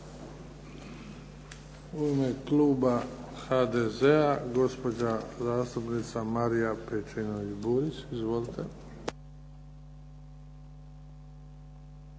U ime kluba HDZ-a gospođa zastupnika Marija Pejčinović Burić. Izvolite.